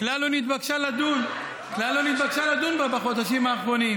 כלל לא נתבקשה לדון בה בחודשים האחרונים.